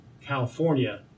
California